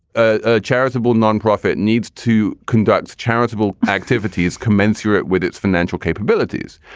a charitable nonprofit needs to conduct charitable activities commensurate with its financial capabilities.